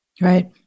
Right